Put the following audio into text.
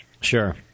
Sure